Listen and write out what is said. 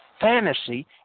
fantasy